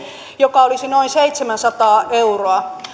joka olisi noin seitsemänsataa euroa